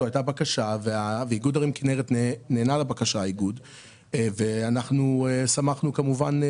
זו הייתה בקשה ואיגוד ערים כינרת נענה לבקשה ואנחנו כמובן שמחנו.